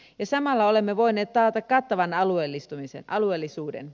ja samalla olemme voineet taata kattavan alueellisuuden